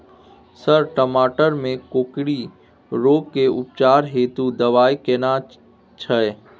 Sir टमाटर में कोकरि रोग के उपचार हेतु दवाई केना छैय?